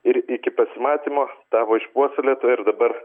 ir iki pasimatymo tavo išpuoselėta ir dabar